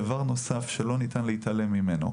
דבר נוסף שלא ניתן להתעלם ממנו: